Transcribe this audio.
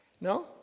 No